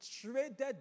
traded